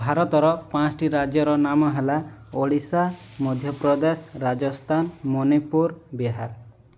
ଭାରତର ପାଞ୍ଚଟି ରାଜ୍ୟର ନାମ ହେଲା ଓଡ଼ିଶା ମଧ୍ୟପ୍ରଦେଶ ରାଜସ୍ଥାନ ମଣିପୁର ବିହାର